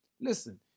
Listen